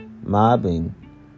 mobbing